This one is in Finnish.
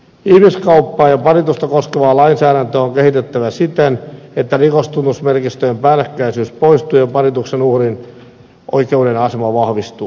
ihmiskauppaa ja paritusta koskevaa lainsäädäntöä on kehitettävä siten että rikostunnusmerkistöjen päällekkäisyys poistuu ja parituksen uhrin oikeudellinen asema vahvistuu